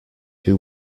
who